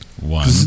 One